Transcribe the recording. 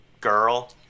girl